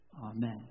Amen